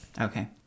Okay